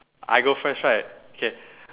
I go first right okay